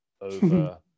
over